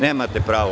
Nemate pravo.